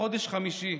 בחודש חמישי,